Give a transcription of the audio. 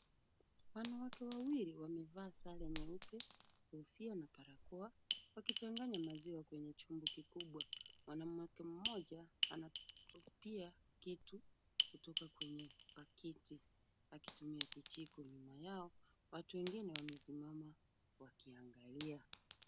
Wanawake wawili wamevaa sare nyeupe, kofia na barakoa, wakichanganya maziwa kwenye chombo kikubwa. Mwanamke mmoja anachukua kitu kutoka kwenye pakiti akitumia kijiko. Nyuma yao watu wengine wamesimama wakiangalia.